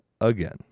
again